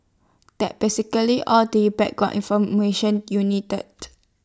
that's basically all the background information you needed